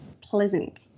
pleasant